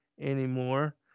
anymore